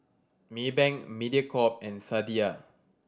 Maybank Mediacorp and Sadia